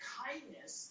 kindness